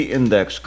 index